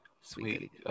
Sweet